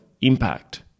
impact